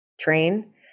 Train